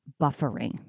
buffering